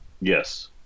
yes